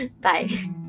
Bye